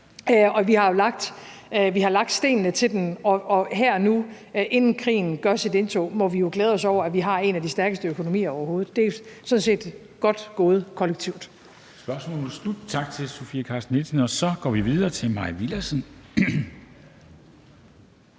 og vi har jo lagt stenene til den, og her og nu, inden krigen gør sit indtog, må vi jo glæde os over, at vi har en af de stærkeste økonomier overhovedet. Det er jo sådan set godt gået kollektivt.